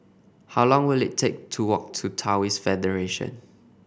how long will it take to walk to Taoist Federation